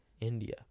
India